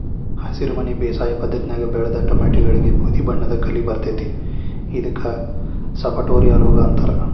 ಹಸಿರುಮನಿ ಬೇಸಾಯ ಪದ್ಧತ್ಯಾಗ ಬೆಳದ ಟೊಮ್ಯಾಟಿಗಳಿಗೆ ಬೂದಿಬಣ್ಣದ ಕಲಿ ಬರ್ತೇತಿ ಇದಕ್ಕ ಸಪಟೋರಿಯಾ ರೋಗ ಅಂತಾರ